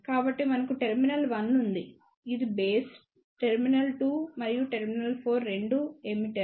కాబట్టి మనకు టెర్మినల్ 1 ఉంది ఇది బేస్ టెర్మినల్ 2 మరియు టెర్మినల్ 4 రెండూ ఎమిటర్